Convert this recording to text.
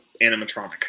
animatronic